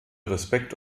respekt